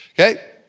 okay